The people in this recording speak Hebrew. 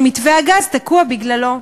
שמתווה הגז תקוע בגללו,